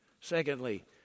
Secondly